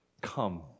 Come